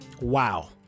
wow